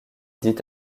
dit